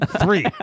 three